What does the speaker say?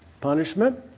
punishment